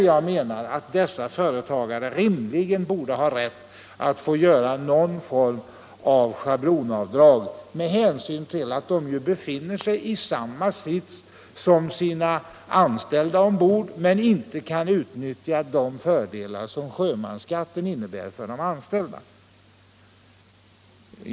Jag menar att dessa företagare rimligen borde ha rätt att få göra någon form av schablonavdrag med hänsyn till att de befinner sig i samma situation som sina anställda ombord men inte kan utnyttja de fördelar som sjömansskatten innebär för de anställda.